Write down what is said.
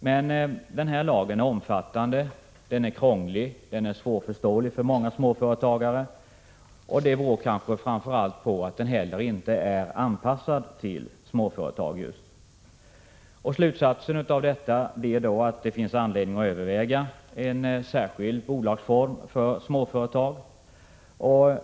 Men den här lagen är omfattande, den är krånglig, den är svårförståelig för många småföretagare. Det beror kanske framför allt på att den inte heller är anpassad till just småföretag. Slutsatsen blir att det finns anledning att överväga en särskild bolagsform för småföretag.